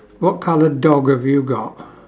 what colour dog have you got